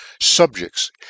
subjects